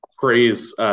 Praise